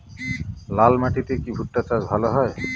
লাল মাটিতে কি ভুট্টা চাষ ভালো হয়?